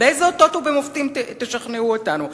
באילו אותות ומופתים תשכנעו אותנו?